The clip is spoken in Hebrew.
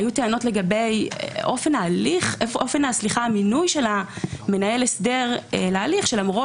היו טענות לגבי אופן המינוי של מנהל ההסדר להליך שלמרות